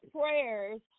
prayers